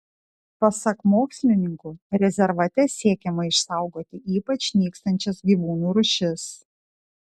pasak mokslininkų rezervate siekiama išsaugoti ypač nykstančias gyvūnų rūšis